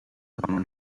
common